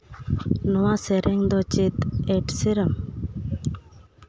ᱱᱚᱣᱟ ᱥᱮᱨᱮᱧ ᱫᱚ ᱪᱮᱫ ᱮᱰ ᱥᱮᱨᱮᱢ